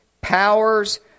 powers